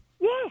Yes